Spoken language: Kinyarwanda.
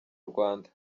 urwanda